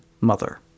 mother